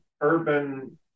urban